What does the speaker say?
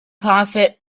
profit